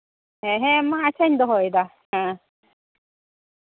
ᱦᱮᱸ ᱦᱮᱸ ᱢᱟ ᱟᱪᱪᱷᱟᱧ ᱫᱚᱦᱚᱭᱫᱟ ᱦᱮᱸ